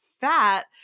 fat